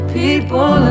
people